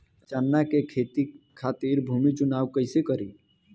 चना के खेती खातिर भूमी चुनाव कईसे करी?